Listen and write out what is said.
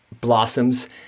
blossoms